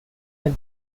and